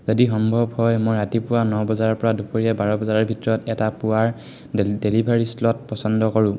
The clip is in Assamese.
যদি সম্ভৱ হয় মই ৰাতিপুৱা ন বজাৰপৰা দুপৰীয়া বাৰ বজাৰ ভিতৰত এটা পুৱাৰ ডেলিভাৰী শ্লট পচন্দ কৰোঁ